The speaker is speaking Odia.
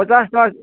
ପଚାଶ୍ ଟଙ୍କା